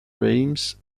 rheims